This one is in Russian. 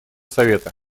совета